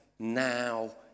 now